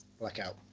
Blackout